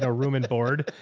ah room and board.